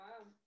wow